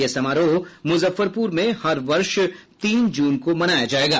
यह समारोह मुजफ्फरपुर में हर वर्ष तीन जून को मनाया जायेगा